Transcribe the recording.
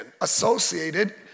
associated